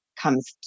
comes